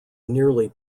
nearly